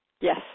Yes